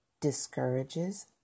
discourages